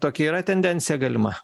tokia yra tendencija galima